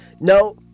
No